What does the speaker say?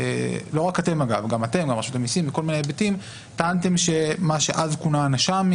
אתם וגם רשות המיסים טענתם שמה שאז כונה הנש"מים